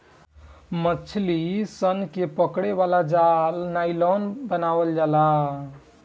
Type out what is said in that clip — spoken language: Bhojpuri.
मछली सन के पकड़े वाला जाल नायलॉन बनावल जाला